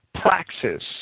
praxis